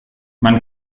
man